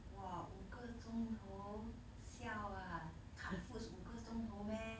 !wah! 五个钟头 siao ah cut fruits 五个钟头 meh